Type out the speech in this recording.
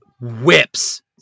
whips